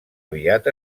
aviat